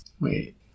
Wait